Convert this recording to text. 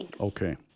Okay